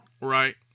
right